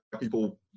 people